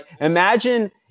imagine